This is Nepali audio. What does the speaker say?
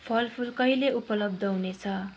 फलफुल कहिले उपलब्ध हुनेछ